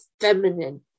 feminine